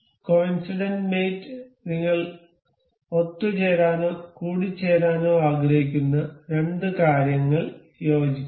coincident mate നിങ്ങൾ ഒത്തുചേരാനോ കൂടിചേരാനോ ആഗ്രഹിക്കുന്ന രണ്ട് കാര്യങ്ങൾ യോജിക്കും